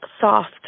soft